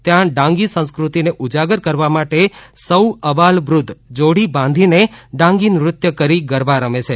ત્યાં ડાંગી સંસ્કૃતિને ઉજાગર કરવા માટે સૌ અબાલ વૃદ્વ જોડી બાંધીને ડાંગી નૃત્ય કરી ગરબા રમે છે